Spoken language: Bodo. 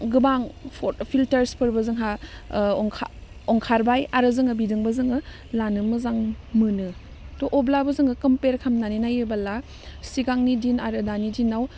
गोबां फट फिल्टारसफोरबो जोंहा ओंखारबाय आरो जोङो बिजोंबो जोङो लानो मोजां मोनो थह अब्लाबो जोङो कम्पेयार खामनानै नायोबोला सिगांनि दिन आरो दानि दिनाव